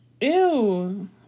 Ew